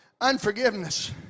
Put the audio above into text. unforgiveness